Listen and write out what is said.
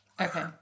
Okay